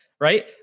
right